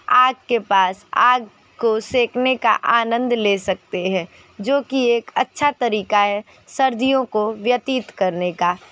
आग के पास आग को सेकने का आनंद ले सकते हैं जो की एक अच्छा तरीका है सर्दियों को व्यतीत करने का